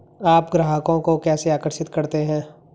आप ग्राहकों को कैसे आकर्षित करते हैं?